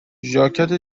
ژاکت